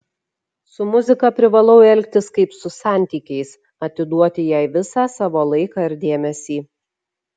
su muzika privalau elgtis kaip su santykiais atiduoti jai visą savo laiką ir dėmesį